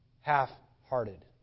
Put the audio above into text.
Half-hearted